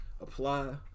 apply